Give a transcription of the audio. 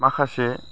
माखासे